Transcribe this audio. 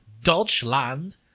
Dutchland